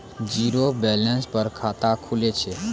Zero balance पर खाता खुले छै?